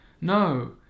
No